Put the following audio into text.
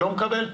מקבל?